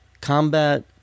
combat